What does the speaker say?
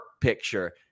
picture